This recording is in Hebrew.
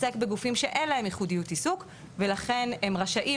עוסק בגופים שאין להם ייחודיות עיסוק ולכן הם רשאים